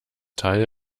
teil